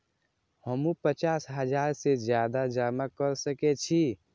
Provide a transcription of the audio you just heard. हमू पचास हजार से ज्यादा जमा कर सके छी?